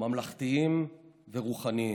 ממלכתיים ורוחניים.